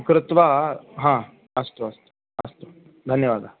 कृत्वा हा अस्तु अस्तु अस्तु धन्यवादः